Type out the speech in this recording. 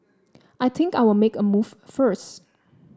I think I'll make a move first